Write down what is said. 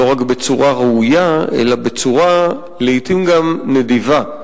לא רק בצורה ראויה, אלא בצורה לעתים גם נדיבה,